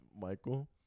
Michael